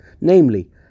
namely